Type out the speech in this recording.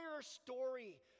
story